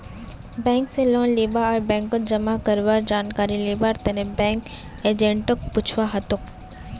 bank स loan लीबा आर बैंकत जमा करवार जानकारी लिबार तने बैंक एजेंटक पूछुवा हतोक